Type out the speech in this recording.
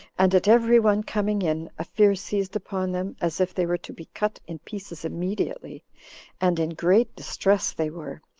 and at every one coming in a fear seized upon them, as if they were to be cut in pieces immediately and in great distress they were,